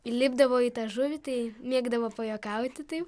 įlipdavo į tą žuvį tai mėgdavo pajuokauti taip